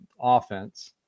offense